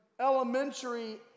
elementary